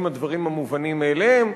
הן הדברים המובנים מאליהם.